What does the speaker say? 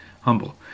Humble